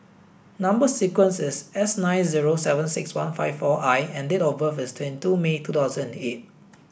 number sequence is S nine zero seven six one five four I and date of birth is twenty two May two thousand and eight